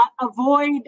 avoid